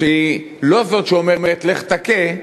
שהיא לא זו שאומרת: לך תכה,